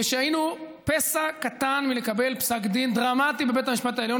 ושהיינו פסע קטן מלקבל פסק דין דרמטי בבית המשפט העליון,